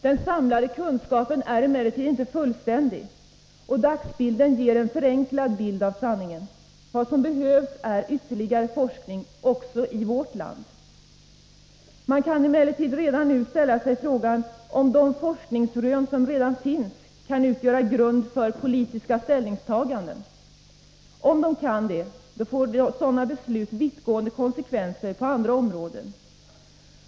Den samlade kunskapen är emellertid inte fullständig, och dagsbilden är en förenklad bild av sanningen. Vad som behövs är ytterligare forskning också i vårt land. Man kan emellertid redan nu ställa sig frågan om de forskningsrön som redan finns kan utgöra grund för politiska ställningstaganden. Om de kan det får ett sådant beslut vittgående konsekvenser på andra områden.